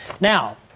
Now